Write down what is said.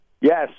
Yes